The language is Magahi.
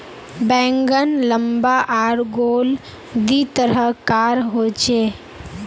बैंगन लम्बा आर गोल दी तरह कार होचे